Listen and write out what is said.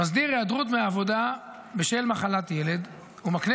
מסדיר היעדרות מעבודה בשל מחלת ילד ומקנה